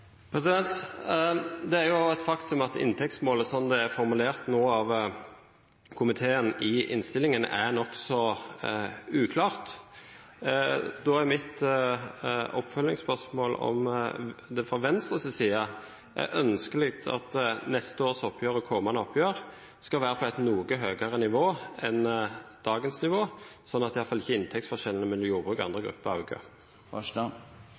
Det er et faktum at inntektsmålet, sånn som det er formulert av komiteen i innstillingen, er nokså uklart. Da er mitt oppfølgingsspørsmål om det fra Venstres side er ønskelig at neste års oppgjør og kommende oppgjør skal være på et noe høyere nivå enn dagens nivå, sånn at iallfall ikke inntektsforskjellene mellom jordbruket og andre grupper